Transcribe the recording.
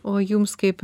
o jums kaip